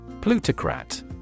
Plutocrat